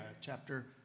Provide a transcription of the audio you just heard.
chapter